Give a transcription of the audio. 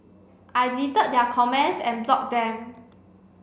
I deleted their comments and blocked them